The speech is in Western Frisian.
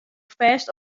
fêst